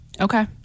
Okay